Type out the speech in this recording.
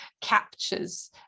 captures